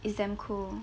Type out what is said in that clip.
it's damn cool